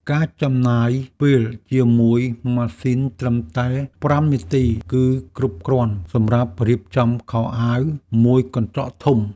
ការចំណាយពេលជាមួយម៉ាស៊ីនត្រឹមតែប្រាំនាទី គឺគ្រប់គ្រាន់សម្រាប់រៀបចំខោអាវមួយកន្ត្រកធំ។